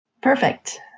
perfect